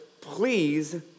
please